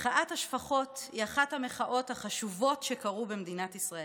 מחאת השפחות היא אחת המחאות החשובות שקרו במדינת ישראל,